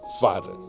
father